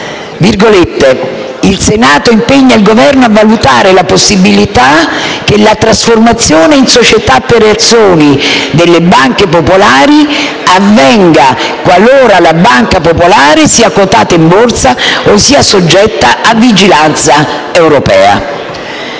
«Il Senato impegna il Governo a valutare la possibilità che la trasformazione in società per azioni delle banche popolari avvenga qualora la banca popolare sia quotata in borsa o sia soggetta a vigilanza europea».